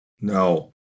No